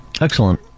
Excellent